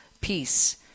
peace